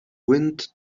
wind